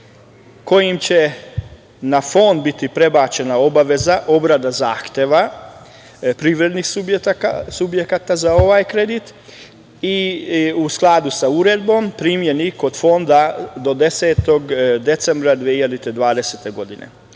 kojim će na Fond biti prebačena obaveza obrade zahteva privrednih subjekata za ovaj kredit i u skladu sa Uredbom primljeni kod Fonda do 10. decembra 2020. godine.